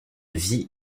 vie